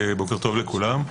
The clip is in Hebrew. בוקר טוב לכולם.